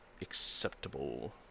acceptable